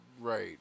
Right